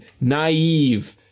naive